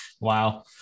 Wow